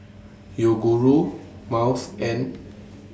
Yoguru Miles and